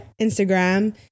Instagram